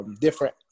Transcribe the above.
different